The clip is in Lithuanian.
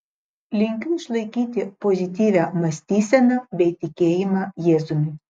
linkiu išlaikyti pozityvią mąstyseną bei tikėjimą jėzumi